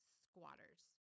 squatters